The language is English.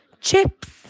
Chips